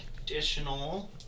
additional